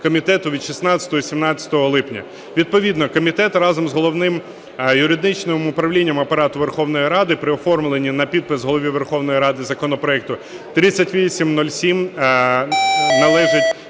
комітету від 16 і 17 липня. Відповідно комітету разом з Головним юридичним управлінням Апарату Верховної Ради при оформленні на підпис Голові Верховної Ради законопроекту 3807 належить